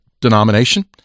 denomination